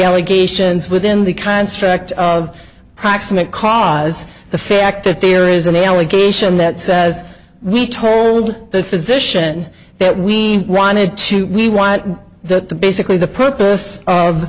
allegations within the construct of proximate cause the fact that there is an allegation that says we told the physician that we run it too we want the basically the purpose of